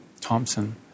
Thompson